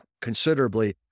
considerably